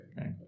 Okay